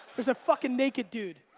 there's a fuckin' naked dude.